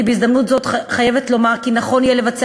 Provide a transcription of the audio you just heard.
אני בהזדמנות זאת חייבת לומר כי נכון יהיה לבצע